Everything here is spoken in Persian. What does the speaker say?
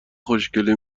خوشکله